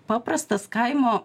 paprastas kaimo